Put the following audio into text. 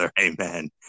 Amen